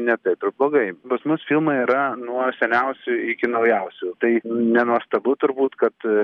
ne taip ir blogai pas mus filmai yra nuo seniausių iki naujausių tai nenuostabu turbūt kad